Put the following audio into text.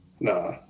Nah